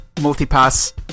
multi-pass